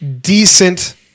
decent